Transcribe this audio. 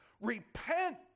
Repent